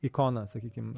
ikona sakykim